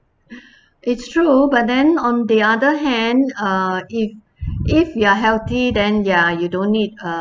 it's true but then on the other hand uh if if you're healthy then ya you don't need uh